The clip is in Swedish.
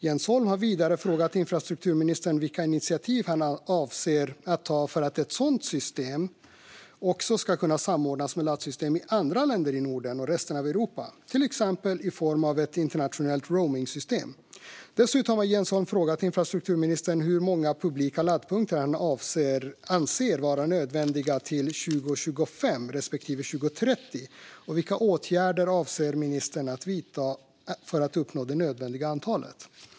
Jens Holm har vidare frågat infrastrukturministern vilka initiativ han avser att ta för att ett sådant system också ska kunna samordnas med laddsystem i andra länder i Norden och resten av Europa, till exempel i form av ett internationellt roamingsystem. Dessutom har Jens Holm frågat infrastrukturministern hur många publika laddpunkter han anser vara nödvändiga till 2025 respektive 2030 och vilka åtgärder ministern avser att vidta för att uppnå det nödvändiga antalet.